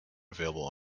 available